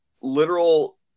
literal